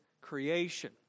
creation